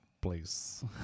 place